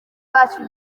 bacu